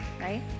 right